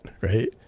right